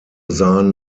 sahen